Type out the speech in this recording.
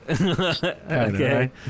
Okay